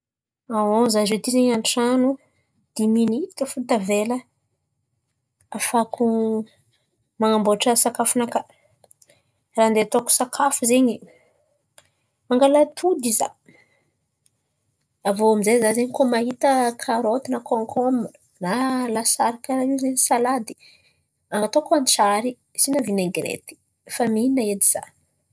Za ziôty zen̈y an-trano dy minity fo tavela ahafahako man̈amboatra sakafonakà. Raha handeha ataoko sakafo zen̈y, mangala atody za. Aviô aminjay za zen̈y koa mahita karôty na kônkômbra na lasary karà io zen̈y salady, ataoko antsiary, asian̈a vinaigirety. Fa mihina edy za.